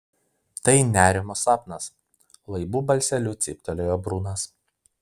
tai nerimo sapnas laibu balseliu cyptelėjo brunas